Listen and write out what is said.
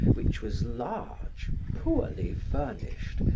which was large, poorly furnished,